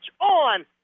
on